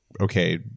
okay